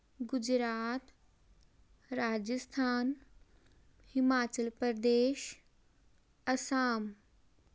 Gujarat Rajasthan Himachal Pradesh Assam